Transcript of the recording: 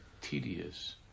tedious